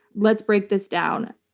let's break this down.